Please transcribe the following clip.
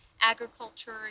agriculture